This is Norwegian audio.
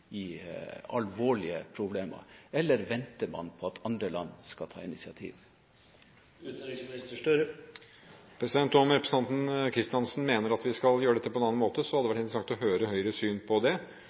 med alvorlige problemer opp til halsen, eller venter man på at andre land skal ta initiativ? Om representanten Kristiansen mener at vi skal gjøre dette på en annen måte, hadde det